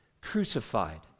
crucified